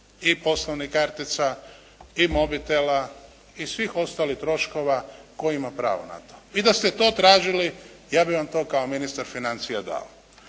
i poslovnih kartica i mobitela i svih ostalih troškova tko ima pravo na to. I da ste to tražili ja bih vam to kao ministar financija dao.